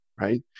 right